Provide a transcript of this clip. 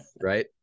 right